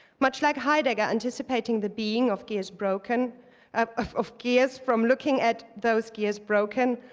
much like heidegger anticipating the being of gears broken um of of gears from looking at those gears broken,